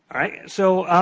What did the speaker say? right? so,